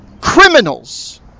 criminals